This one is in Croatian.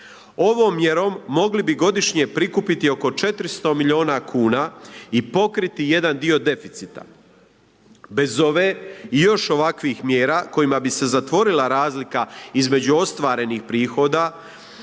Ovom mjerom mogli bi godišnje prikupiti oko 400 milijuna kuna i pokriti jedan dio deficita. Bez ove i još ovakvih mjera kojima bi se zatvorila razlika između ostvarenih prihoda